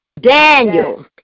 Daniel